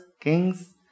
kings